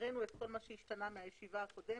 הקראנו את כל מה שהשתנה מהישיבה הקודמת